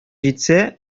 җитсә